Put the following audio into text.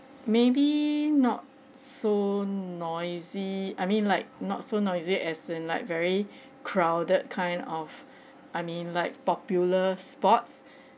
maybe not so noisy I mean like not so noisy as in like very crowded kind of I mean like popular spots